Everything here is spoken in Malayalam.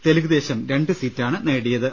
തെലുഗുദേശം രണ്ട് സീറ്റാണ് നേടിയത്